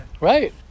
Right